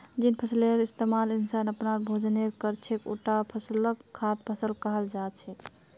जिन फसलेर इस्तमाल इंसान अपनार भोजनेर कर छेक उटा फसलक खाद्य फसल कहाल जा छेक